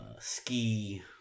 ski